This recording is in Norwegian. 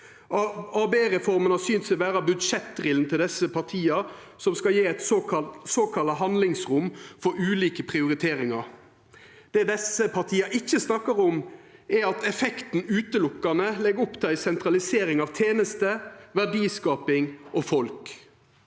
ABE-reforma har synt seg å vera budsjettdrillen til desse partia som skal gje eit såkalla handlingsrom for ulike prioriteringar. Det desse partia ikkje snakkar om, er at effekten eine og åleine legg opp til ei sentralisering av tenester, verdiskaping og folk.